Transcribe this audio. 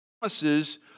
promises